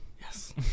yes